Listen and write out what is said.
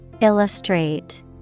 Illustrate